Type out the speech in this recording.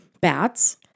Bats